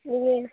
நீங்கள்